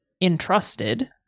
entrusted